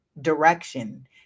direction